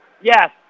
Yes